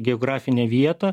geografinę vietą